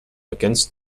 against